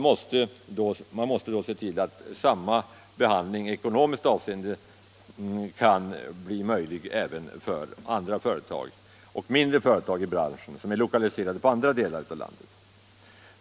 Man måste då se till att samma behandling i ekonomiskt avseende kan bli möjlig även för andra, mindre företag i branschen som är lokaliserade till andra delar av landet.